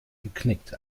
geknickt